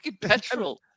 petrol